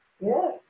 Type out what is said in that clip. Yes